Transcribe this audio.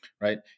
right